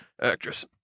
actress